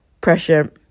pressure